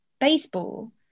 baseball